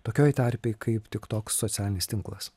tokioj terpėj kaip tik tok socialinis tinklas